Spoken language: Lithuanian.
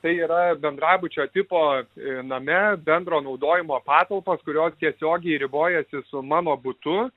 tai yra bendrabučio tipo name bendro naudojimo patalpos kurios tiesiogiai ribojasi su mano butu